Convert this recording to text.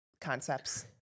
concepts